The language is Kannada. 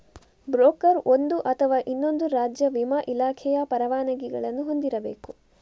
ಬ್ರೋಕರ್ ಒಂದು ಅಥವಾ ಇನ್ನೊಂದು ರಾಜ್ಯ ವಿಮಾ ಇಲಾಖೆಯ ಪರವಾನಗಿಗಳನ್ನು ಹೊಂದಿರಬೇಕು